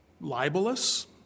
libelous